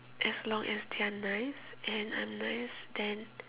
as long as they are nice and I'm nice then